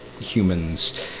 humans